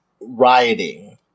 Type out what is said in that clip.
rioting